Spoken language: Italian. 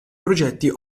progetti